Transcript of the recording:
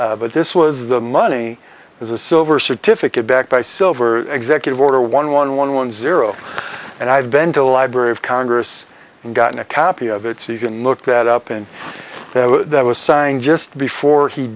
that this was the money is a silver certificate backed by silver executive order one one one one zero and i've bent a library of congress and gotten a copy of it so you can look that up and that was signed just before he